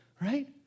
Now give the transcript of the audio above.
Right